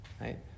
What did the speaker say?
right